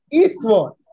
eastward